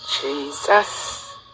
Jesus